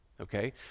okay